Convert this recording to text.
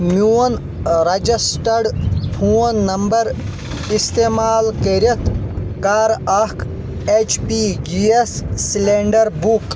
میون registered phone number استعمال کٔرِتھ کَراکھ HP gas cylinder book